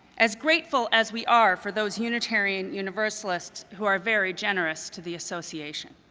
as grateful as we are for those unitarian universalist who are very generous to the association.